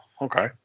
okay